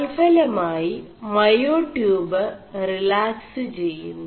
തൽഫലമായി മേയാടçøബു റിലാക്സ് െചgMു